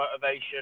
motivation